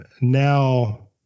now